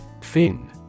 Fin